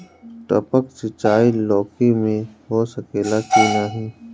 टपक सिंचाई लौकी में हो सकेला की नाही?